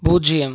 பூஜ்ஜியம்